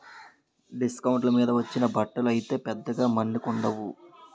డిస్కౌంట్ల మీద వచ్చిన బట్టలు అయితే పెద్దగా మన్నికుండవు